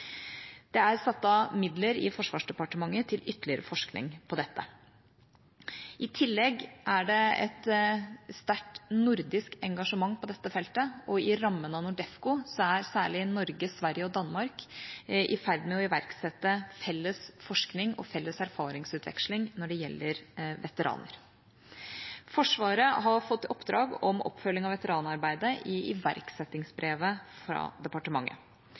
Det er satt av midler i Forsvarsdepartementet til ytterligere forskning på dette. I tillegg er det et sterkt nordisk engasjement på dette feltet, og innenfor rammene av NORDEFCO er særlig Norge, Sverige og Danmark i ferd med å iverksette felles forskning og felles erfaringsutveksling når det gjelder veteraner. Forsvaret har fått oppdrag om oppfølging av veteranarbeidet i iverksettingsbrevet fra departementet.